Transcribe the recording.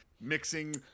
mixing